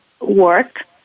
work